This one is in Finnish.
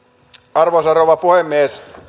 arvoisa rouva puhemies